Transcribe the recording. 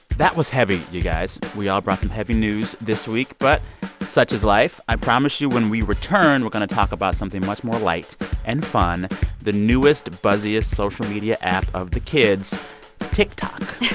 that was heavy, you guys. we all brought some heavy news this week, but such is life. i promise you when we return, we're going to talk about something much more light and fun the newest, buzziest social media app of the kids tiktok